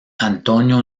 antonio